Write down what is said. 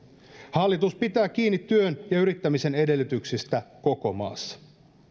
hallitus pitää kiinni työn ja yrittämisen edellytyksistä koko maassa